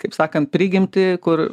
kaip sakant prigimtį kur